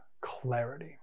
clarity